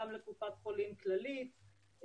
גם לקופת חולים כללית,